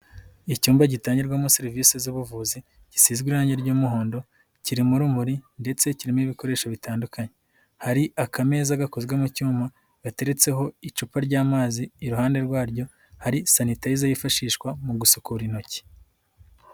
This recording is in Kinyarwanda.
Icyumba gitangirwamo serivise z'ubuvuzi gisizwe irange ry'umuhondo kirimo urumuri ndetse kirimo ibikoresho bitandukanye, hari akameza gakozwe mu cyuma gateretseho icupa ry'amazi iruhande rwaryo hari sanitayiza yifashishwa mu gusukura intoki.